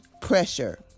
pressure